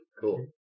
Cool